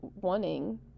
wanting